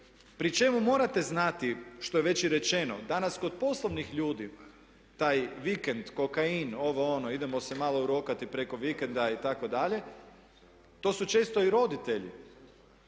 pri čemu morate znati što je već i rečeno, danas kod poslovnih ljudi taj vikend, kokain, ovo ono, idemo se malo urokati preko vikenda itd., to su često i roditelji.